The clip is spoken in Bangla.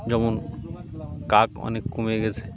যেমন কাক অনেক কমে গেছে